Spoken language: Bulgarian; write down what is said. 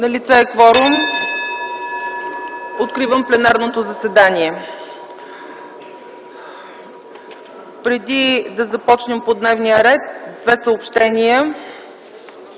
Налице е кворум, откривам пленарното заседание. Преди да започнем по дневния ред, две съобщения.